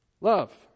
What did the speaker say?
Love